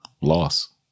Loss